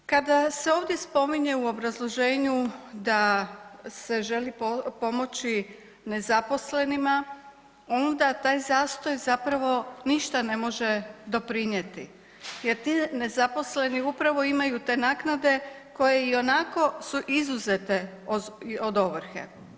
Kada se ovdje spominje u obrazloženju da se želi pomoći nezaposlenima, onda taj zastoj zapravo ništa ne može doprinijeti jer ti nezaposleni upravo imaju te naknade koje ionako su izuzete od ovrhe.